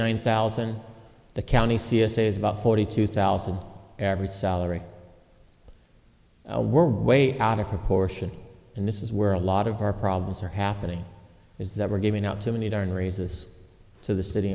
one thousand the county c s is about forty two thousand average salary were way out of proportion and this is where a lot of our problems are happening is that we're giving out too many darn raises to the city